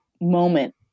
moment